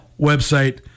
website